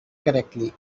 correctly